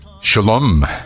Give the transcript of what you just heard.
Shalom